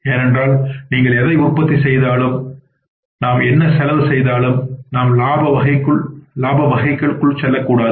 ஏனென்றால் நீங்கள் எதை உற்பத்தி செய்தாலும் நாம் என்ன செலவு செய்தாலும் நாம் இலாப வகைகளுக்குள் சொல்லக்கூடாது